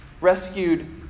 rescued